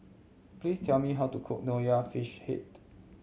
please tell me how to cook Nonya Fish Head